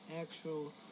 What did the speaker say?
actual